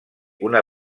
una